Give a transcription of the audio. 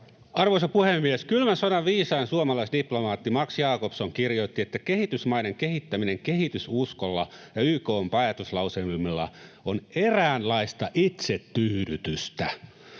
Arvoisa puhemies! Kylmän sodan viisain suomalaisdiplomaatti Max Jakobson kirjoitti, että kehitysmaiden kehittäminen kehitysuskolla ja YK:n päätöslauselmilla on eräänlaista itsetyydytystä.